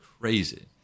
crazy